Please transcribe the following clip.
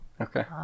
Okay